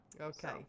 okay